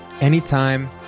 anytime